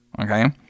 Okay